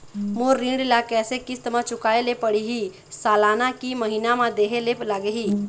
मोर ऋण ला कैसे किस्त म चुकाए ले पढ़िही, सालाना की महीना मा देहे ले लागही?